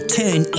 turn